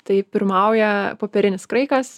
tai pirmauja popierinis kraikas